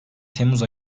temmuz